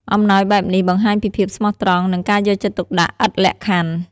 អំណោយបែបនេះបង្ហាញពីភាពស្មោះត្រង់ និងការយកចិត្តទុកដាក់ឥតលក្ខខណ្ឌ។